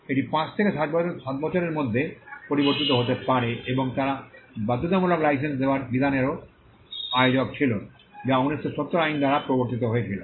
এটি পাঁচ থেকে সাত বছরের মধ্যে পরিবর্তিত হতে পারে এবং তারা বাধ্যতামূলক লাইসেন্স দেওয়ার বিধানেরও আয়োজক ছিল যা 1970 আইন দ্বারা প্রবর্তিত হয়েছিল